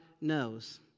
knows